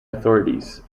authorities